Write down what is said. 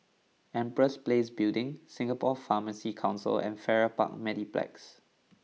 Empress Place Building Singapore Pharmacy Council and Farrer Park Mediplex